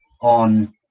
on